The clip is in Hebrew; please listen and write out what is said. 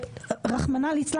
רחמנא לצלן,